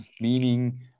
Meaning